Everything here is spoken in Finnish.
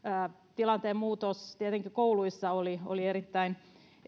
tilanteen muutos tietenkin kouluissa oli oli erittäin